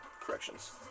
corrections